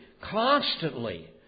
constantly